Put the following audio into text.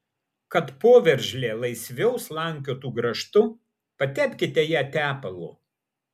kad poveržlė laisviau slankiotų grąžtu patepkite ją tepalu